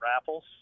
raffles